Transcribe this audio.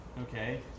okay